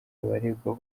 abaregwa